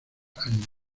años